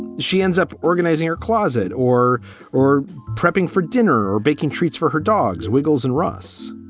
she ends up organizing your closet or or prepping for dinner or baking treats for her dogs. wiggles and ross